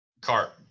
Cart